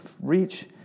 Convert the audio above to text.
reach